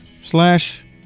slash